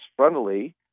frontally